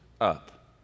up